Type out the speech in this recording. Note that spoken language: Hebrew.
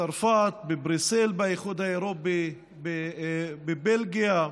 בצרפת, בבריסל, באיחוד האירופי, בבלגיה,